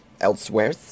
Elsewhere